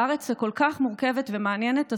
בארץ הכל-כך מורכבת ומעניינת הזו,